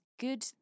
good